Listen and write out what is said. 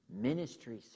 Ministry